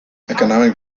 economic